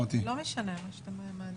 אז הביאו נוסח שונה מהנוסח הכחול,